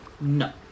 No